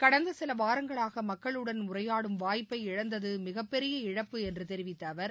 கடந்த சில வாரங்களாக மக்களுடன் உரையாடும் வாய்ப்பை இழந்தது மிகப்பெரிய இழப்பு என்று தெரிவித்த அவர்